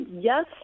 Yes